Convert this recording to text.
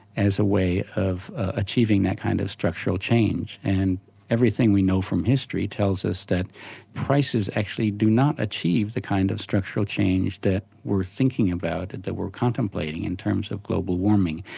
as a way of achieving that kind of structural change, and everything we know from history tells us that prices actually do not achieve the kind of structural change that we're thinking about, that we're contemplating, in terms of global warming.